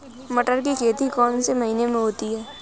मटर की खेती कौन से महीने में होती है?